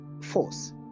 force